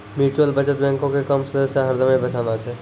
mutual बचत बैंको के काम सदस्य के हरदमे बचाना छै